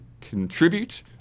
contribute